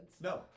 No